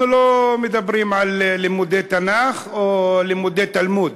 אנחנו לא מדברים על לימודי תנ"ך או לימודי תלמוד,